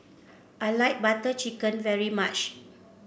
I like Butter Chicken very much